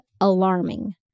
alarming